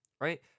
right